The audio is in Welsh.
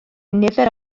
nifer